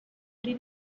did